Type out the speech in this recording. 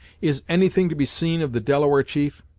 is any thing to be seen of the delaware chief?